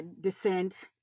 Descent